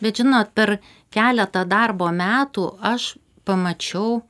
bet žinot per keletą darbo metų aš pamačiau